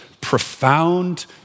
profound